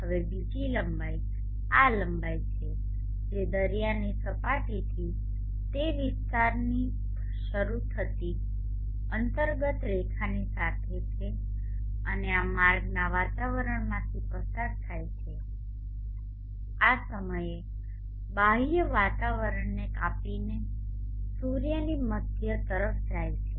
હવે બીજી લંબાઈ આ લંબાઈ છે જે દરિયાની સપાટીથી તે વિસ્તારથી શરૂ થતી અંતર્ગત રેખાની સાથે છે અને આ માર્ગના વાતાવરણમાંથી પસાર થાય છે આ સમયે બાહ્ય વાતાવરણને કાપીને સૂર્યની મધ્ય તરફ જાય છે